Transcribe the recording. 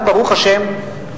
ברוך השם,